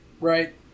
Right